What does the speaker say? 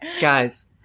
Guys